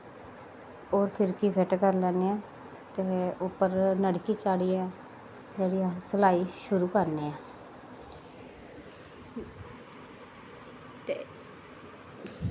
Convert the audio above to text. होर फिरकी फिट्ट करी लेन्ने आं ते फिर उप्पर नलकी चाढ़ी एह् जेह्ड़ी अस सलाई शुरु करने आं